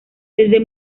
desde